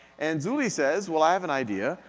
and zuli says well i have an idea.